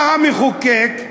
בא המחוקק,